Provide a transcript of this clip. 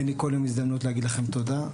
אין לי כל יום הזדמנות להגיד לכם תודה,